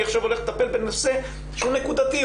אני עכשיו הולך לטפל בנושא שהוא נקודתי,